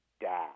dad